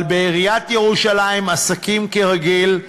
אבל בעיריית ירושלים עסקים כרגיל.